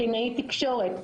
קלינאית תקשורת,